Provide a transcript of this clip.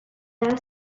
asked